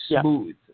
smooth